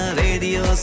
radio